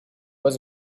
was